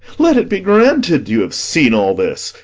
let it be granted you have seen all this,